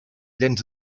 dents